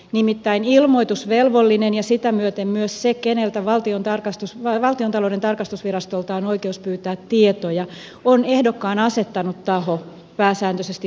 nimittäin ilmoitusvelvollinen ja sitä myöten myös se keneltä valtiontalouden tarkastusvirastolta on oikeus pyytää tietoja on ehdokkaan asettanut taho pääsääntöisesti puolue